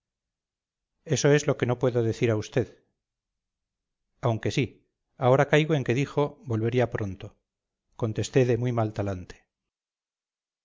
eso es lo que no puedo decir a usted aunque sí ahora caigo en que dijo volvería pronto contesté de muy mal talante